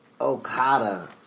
Okada